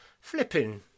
flipping